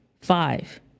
five